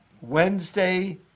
Wednesday